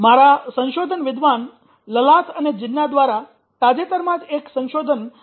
મારા સંશોધન વિદ્વાન લલાથ અને જિન્ના દ્વારા તાજેતરમાં જ એક સંશોધન હાથ ધરવામાં આવ્યું છે